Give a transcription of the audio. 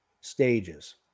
stages